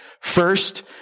first